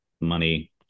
money